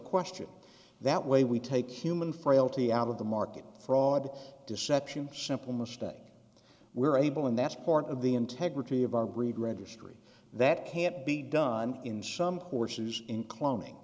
question that way we take human frailty out of the market fraud deception simple mistake we're able and that's part of the integrity of our greed registry that can't be done in some horses in cloning